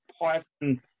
Python